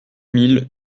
mille